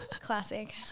classic